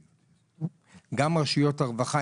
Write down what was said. גם רשויות הרווחה,